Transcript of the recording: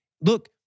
look